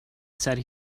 said